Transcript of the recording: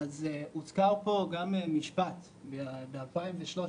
הוזכר פה משפט מ-2013